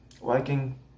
liking